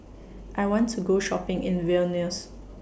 I want to Go Shopping in Vilnius